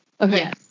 Okay